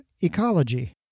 ecology